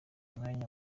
umwanya